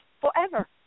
forever